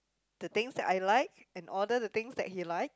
the things that I like and order the things that he like